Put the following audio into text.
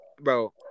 Bro